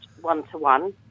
one-to-one